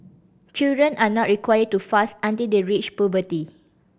children are not required to fast until they reach puberty